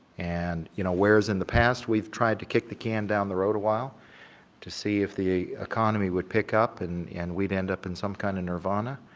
and you know, whereas in the past we've tried to kick the can down the road a while to see if the economy would pick up and and we'd end up in some kind of nirvana,